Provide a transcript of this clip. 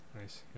Nice